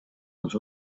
els